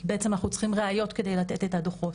כי אנחנו צריכים ראיות כדי לתת את הדוחות.